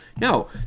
No